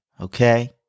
okay